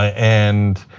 and